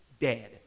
dead